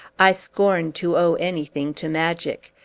i scorn to owe anything to magic.